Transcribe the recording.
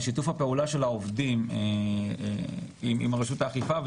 שיתוף הפעולה של העובדים עם רשות האכיפה.